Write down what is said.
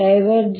EBB